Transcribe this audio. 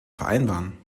vereinbaren